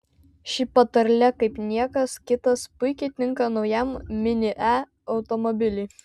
ši patarlė kaip niekas kitas puikiai tinka naujam mini e automobiliui